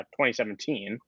2017